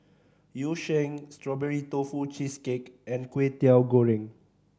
Yu Sheng Strawberry Tofu Cheesecake and Kway Teow Goreng